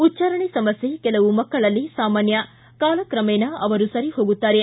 ಉಚ್ಚಾರಣೆ ಸಮಸ್ಯೆ ಕೆಲವು ಮಕ್ಕಳಲ್ಲಿ ಸಾಮಾನ್ಯ ಕಾಲಕ್ರಮೇಣ ಅವರು ಸರಿ ಹೋಗುತ್ತಾರೆ